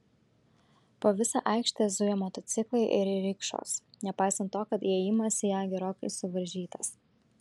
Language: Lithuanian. po visą aikštę zuja motociklai ir rikšos nepaisant to kad įėjimas į ją gerokai suvaržytas